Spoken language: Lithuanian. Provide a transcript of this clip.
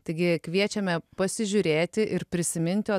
taigi kviečiame pasižiūrėti ir prisiminti o